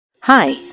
Hi